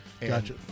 Gotcha